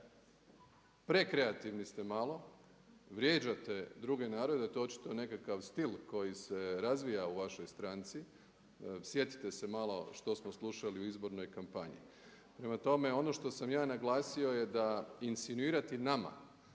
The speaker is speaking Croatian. Prekreativni ste malo, vrijeđate druge narode, to je očito nekakav stil koji se razvija u vašoj stranci, sjetite se malo što smo slušali u izbornoj kampanji. Prema tome, ono što sam ja naglasio je da insinuirati nama